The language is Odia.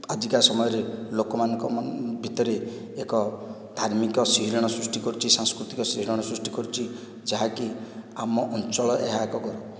ଆଜିକା ସମୟରେ ଲୋକମାନଙ୍କ ଭିତରେ ଏକ ଧାର୍ମିକ ଶିହରଣ ସୃଷ୍ଟି କରୁଛି ସାଂସ୍କୃତିକ ଶିହରଣ ସୃଷ୍ଟି କରୁଛି ଯାହାକି ଆମ ଅଞ୍ଚଳ ଏହା ଏକ ଗର୍ବ